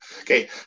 okay